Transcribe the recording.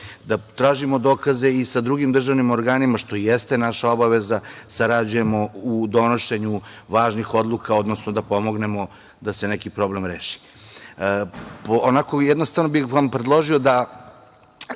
da tražimo dokaze i sa drugim državnim organima, što jeste naša obaveza i sarađujemo u donošenju važnih odluka, odnosno da pomognemo da se neki problem reši. Jednostavno bih vam predložio da